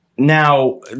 Now